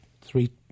three